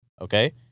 okay